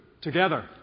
together